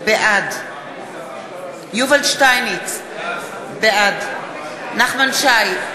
בעד יובל שטייניץ, בעד נחמן שי,